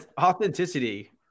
authenticity